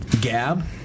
Gab